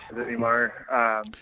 anymore